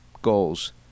goals